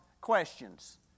questions